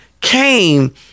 came